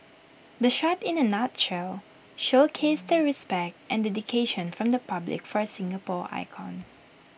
the shot in A nutshell showcased the respect and the dedication from the public for A Singapore icon